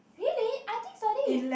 really I think suddenly you